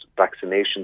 vaccination